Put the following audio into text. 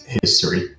history